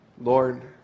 Lord